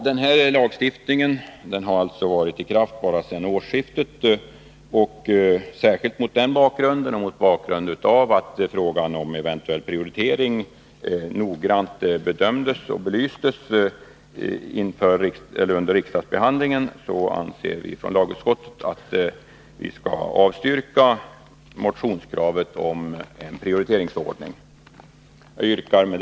Den här lagstiftningen har alltså varit i kraft bara sedan årsskiftet. Särskilt mot den bakgrunden och mot bakgrund av att frågan om en eventuell prioritering noggrant bedömdes och belystes under riksdagsbehandlingen anser vi från lagutskottet att vi skall avstyrka motionskravet om en prioriteringsordning. Herr talman!